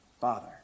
father